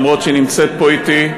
למרות שהיא נמצאת פה אתי.